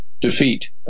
defeat